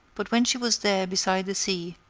but when she was there beside the sea,